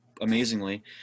amazingly